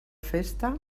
festa